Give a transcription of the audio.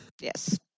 Yes